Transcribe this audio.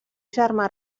germà